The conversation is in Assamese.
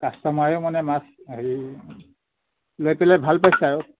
কাষ্টমাৰে মানে মাছ হেৰি লৈ পেলাই ভাল পাইছে আৰু